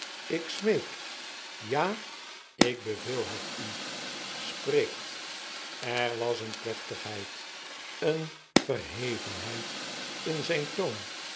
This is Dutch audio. ik smeek ja ik beveel het u spreekt er was een plechtigheid een verhevenheid in zijn toon